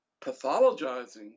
pathologizing